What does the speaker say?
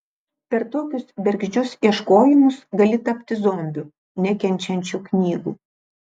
per tokius bergždžius ieškojimus gali tapti zombiu nekenčiančiu knygų